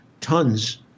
tons